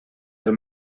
del